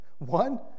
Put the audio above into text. One